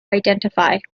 identify